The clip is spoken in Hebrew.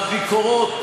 והביקורות,